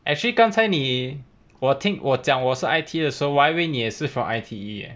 actually 刚才你我听我讲我是 I_T_E 的时候我还以为你也是 from I_T_E eh